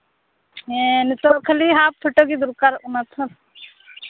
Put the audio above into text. ᱦᱮᱸ ᱱᱤᱛᱚᱜ ᱠᱷᱟᱹᱞᱤ ᱦᱟᱯᱷ ᱯᱷᱳᱴᱳ ᱜᱮ ᱫᱚᱨᱠᱟᱨᱚᱜ ᱠᱟᱱᱟ ᱛᱷᱚ